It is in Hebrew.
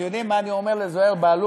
אתם יודעים מה אני אומר לזוהיר בהלול